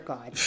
God